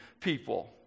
people